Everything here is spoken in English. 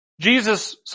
Jesus